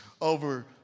over